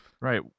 Right